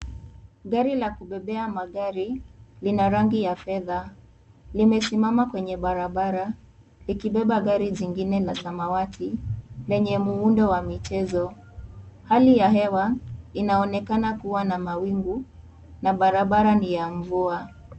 Gari la kubeba magari. Lina rangi ya fedha. Limesimama kwenye barabara likibeba gari jingine la samawati lenye muundo wa michezo. Hali ya hewa, inaonekana kuwa na mawingu na barabara ni ya mvua.